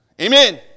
Amen